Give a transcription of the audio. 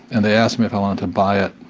and they asked me if i wanted to buy it,